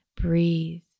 breathe